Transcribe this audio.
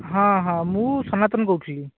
ହଁ ହଁ ମୁଁ ସନାତନ କହୁଛି